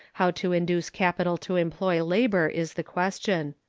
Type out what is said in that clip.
how to induce capital to employ labor is the question.